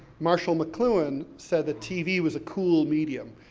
marshall mcluhan said that tv was a cool medium.